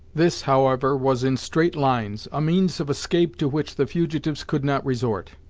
this, however, was in straight lines, a means of escape to which the fugitives could not resort.